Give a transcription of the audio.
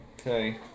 Okay